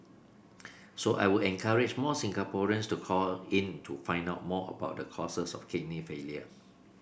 so I would encourage more Singaporeans to call in to find out more about the causes of kidney failure